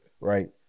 right